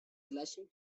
gleichem